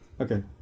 Okay